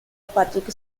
patrick